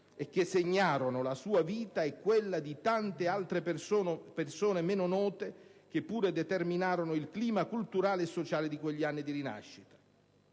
e che segnarono la sua vita e quella di tante altre persone meno note che pure determinarono il clima culturale e sociale di quegli anni di rinascita.